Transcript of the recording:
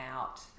out